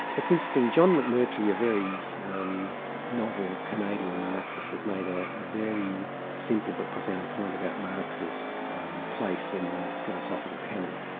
it's interesting. john mcmurtry, a very um novel canadian marxist, has made ah a very simple but profound point about marx's place in the philosophical canon,